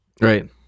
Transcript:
Right